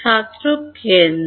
ছাত্র কেন্দ্র